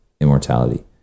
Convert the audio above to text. immortality